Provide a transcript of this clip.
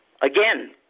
Again